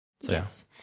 Yes